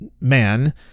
man